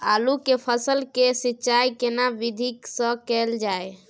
आलू के फसल के सिंचाई केना विधी स कैल जाए?